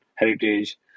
Heritage